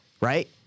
right